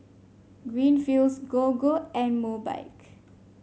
Greenfields Gogo and Mobike